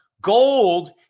gold